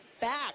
back